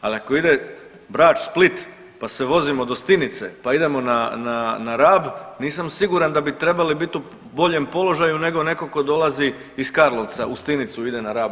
al ako ide Brač-Split, pa se vozimo do Stinice, pa idemo na, na, na Rab nisam siguran da bi trebali bit u boljem položaju nego neko ko dolazi iz Karlovca u Stinicu i ide na Rab.